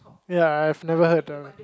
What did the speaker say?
ya I've never heard of it